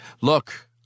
Look